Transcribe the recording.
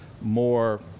more